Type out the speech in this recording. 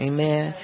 Amen